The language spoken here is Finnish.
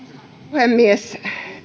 puhemies